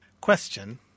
question